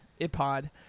iPod